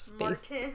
Martin